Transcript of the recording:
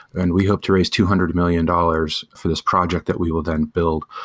and we hope to raise two hundred million dollars for this project that we will then build.